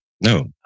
No